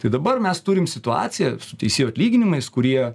tai dabar mes turim situaciją su teisėjų atlyginimais kurie